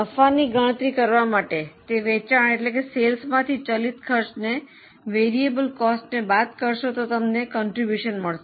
નફોની ગણતરી કરવા માટે તે વેચાણ માંથી ચલિત ખર્ચને બાદ કરશો તો તમને ફાળો મળશે